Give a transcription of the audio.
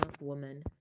woman